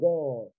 God